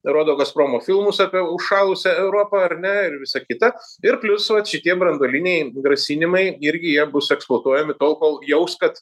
rodo gazpromo filmus apie užšalusią europą ar ne ir visa kita ir plius vat šitie branduoliniai grasinimai irgi jie bus eksploatuojami tol kol jaus kad